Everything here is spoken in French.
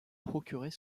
procurer